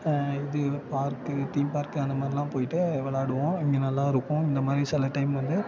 இது park theme park அந்த மாதிரிலாம் போய்ட்டு விளாடுவோம் இங்கே நல்லாயிருக்கும் இந்த மாதிரி சில டைம் வந்து